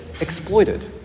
exploited